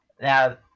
Now